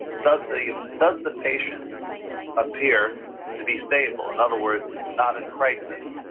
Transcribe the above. does the does the patient appear to be stable? in other words, not in crisis,